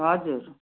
हजुर